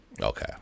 Okay